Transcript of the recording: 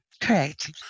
Correct